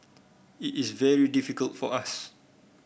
it is very difficult for us